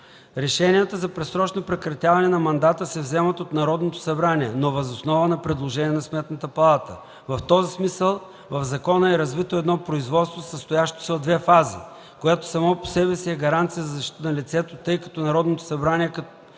Решенията за предсрочно прекратяване на мандата се вземат от Народното събрание, но въз основа на предложение на Сметната палата. В този смисъл в закона е развито едно производство, състоящо се от две фази, което само по себе си е гаранция за защита на лицето, тъй като Народното събрание като